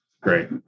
Great